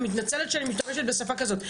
אני מתנצלת שאני משתמשת בשפה כזאת,